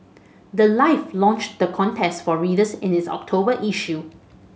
the life launched the contest for readers in its October issue